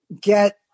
get